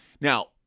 Now